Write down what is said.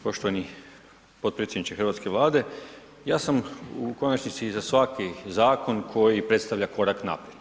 Poštovani potpredsjedniče hrvatske Vlade, ja sam u konačnici za svaki zakon koji predstavlja korak naprijed.